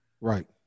Right